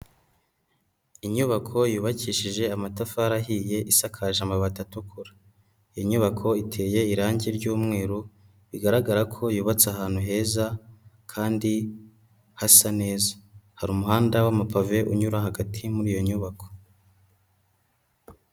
Inyubako yubakishije amatafari ahiye isakaje amabati atukura, iyi nyubako iteye irangi ry'umweru bigaragara ko yubatse ahantu heza kandi hasa neza, hari umuhanda w'amapave unyura hagati muri iyo nyubako.